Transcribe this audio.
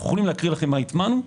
אנו יכולים להקריא לכם מה הטמענו.